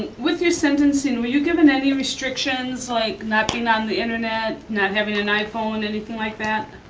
with your sentencing, were you given any restrictions, like not being on the internet, not having an iphone, anything like that?